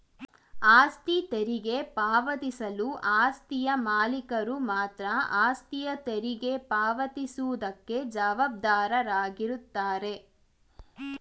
ಆಸ್ತಿ ತೆರಿಗೆ ಪಾವತಿಸಲು ಆಸ್ತಿಯ ಮಾಲೀಕರು ಮಾತ್ರ ಆಸ್ತಿಯ ತೆರಿಗೆ ಪಾವತಿ ಸುವುದಕ್ಕೆ ಜವಾಬ್ದಾರಾಗಿರುತ್ತಾರೆ